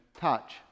touch